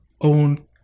own